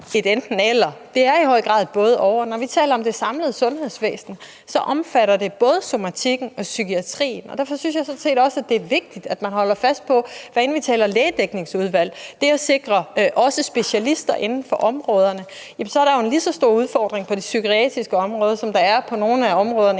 et enten-eller. Det er i høj grad et både-og, og når vi taler om det samlede sundhedsvæsen, omfatter det både somatikken og psykiatrien. Derfor synes jeg sådan set også, det er vigtigt, at man, hvad enten vi taler lægedækningsudvalg eller det at sikre, at der også er specialister inden for områderne, holder fast i, at der jo er en lige så stor udfordring på det psykiatriske område, som der er på nogle af områderne